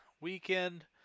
weekend